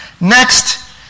Next